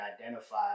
identify